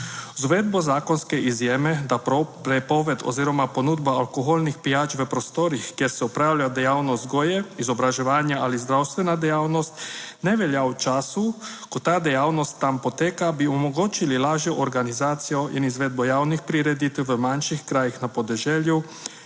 uvedbo zakonske izjeme, da prepoved oziroma ponudba alkoholnih pijač v prostorih, kjer se opravlja dejavnost vzgoje, izobraževanja ali zdravstvena dejavnost, ne velja v času, ko ta dejavnost tam poteka, bi omogočili lažjo organizacijo in izvedbo javnih prireditev v manjših krajih na podeželju,